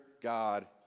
God